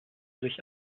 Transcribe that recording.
durch